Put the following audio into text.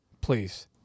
please